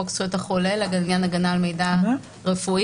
חוק זכויות החולה לעניין הגנה על מידע רפואי,